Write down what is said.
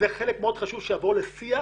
זה חלק מאוד חשוב שקורא לשיח